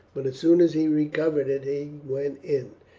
but as soon as he recovered it he went in.